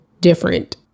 different